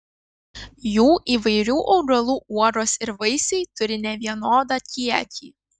jų įvairių augalų uogos ir vaisiai turi nevienodą kiekį